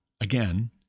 again